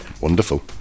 Wonderful